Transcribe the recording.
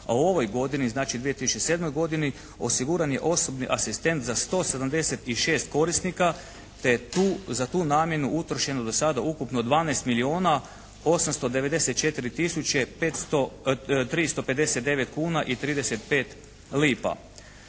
a u ovoj godini, znači 2007. godini osiguran je osobni asistent za 176 korisnika, te je tu, za tu namjenu utrošeno do sada ukupno 12 milijuna 894 tisuće 359 kuna i 35 lipa.